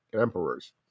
emperors